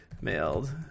mailed